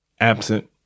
absent